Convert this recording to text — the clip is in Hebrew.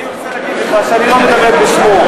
אני רוצה להגיד לך שאני לא מדבר בשמו,